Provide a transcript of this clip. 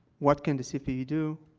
what can the cfpb do?